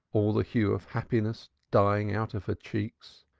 all the hue of happiness dying out of her cheeks.